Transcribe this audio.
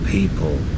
people